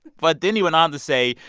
but then he went on to say,